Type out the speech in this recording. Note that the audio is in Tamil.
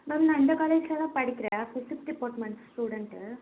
மேம் நான் இந்த காலேஜில் தான் படிக்கிறேன் ஃபிசிக்ஸ் டிபார்ட்மண்ட் ஸ்டூடெண்ட்டு